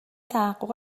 تحقق